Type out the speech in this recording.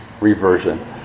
reversion